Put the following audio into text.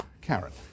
Karen